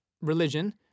religion